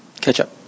ketchup